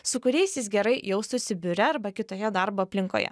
su kuriais jis gerai jaustųsi biure arba kitoje darbo aplinkoje